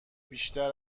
بیشتر